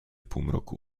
półmroku